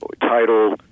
title